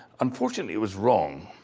unfortunately it was wrong.